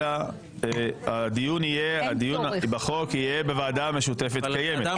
אלא הדיון בחוק יהיה בוועדה משותפת קיימת.